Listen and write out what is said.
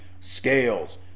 scales